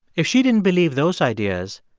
if she didn't believe those ideas,